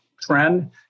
trend